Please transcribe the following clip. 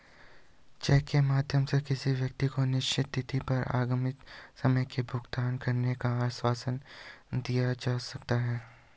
check के माध्यम से किसी व्यक्ति को निश्चित तिथि पर आगामी समय में भुगतान करने का आश्वासन दिया जा सकता है